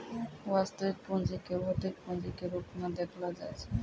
वास्तविक पूंजी क भौतिक पूंजी के रूपो म देखलो जाय छै